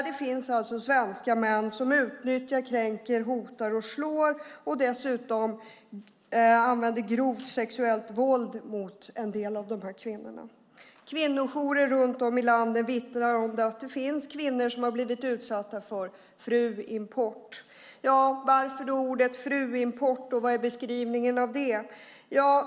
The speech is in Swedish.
Det finns svenska män som utnyttjar, kränker, hotar, slår och dessutom använder grovt sexuellt våld mot en del av de här kvinnorna. Kvinnojourer runt om i landet vittnar om att det finns kvinnor som har blivit utsatta för fruimport. Varför ordet fruimport? Vad är beskrivningen av det?